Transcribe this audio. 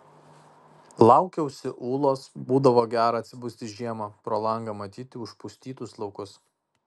laukiausi ūlos būdavo gera atsibusti žiemą pro langą matyti užpustytus laukus